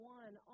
one